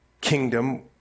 kingdom